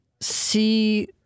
see